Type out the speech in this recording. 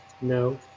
No